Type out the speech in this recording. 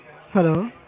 Hello